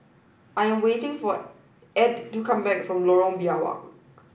I'm waiting for Edw to come back from Lorong Biawak